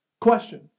Question